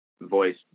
voice